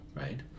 right